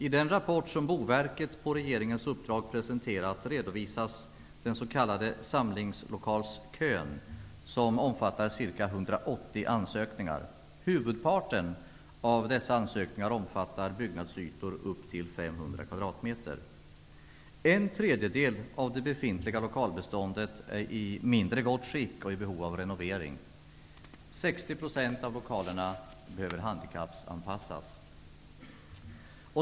I den rapport som Boverket på regeringens uppdrag presenterat redovisas den s.k. samlingslokalskön som omfattar ca 180 ansökningar. Huvudparten av dessa ansökningar omfattar byggnadsytor upp till 500 kvadratmeter. En tredjedel av det befintliga lokalbeståndet är i mindre gott skick och i behov av renovering. 60 % av lokalerna behöver handikappanpassas.